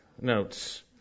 notes